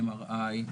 MRI,